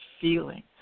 feeling